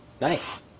Nice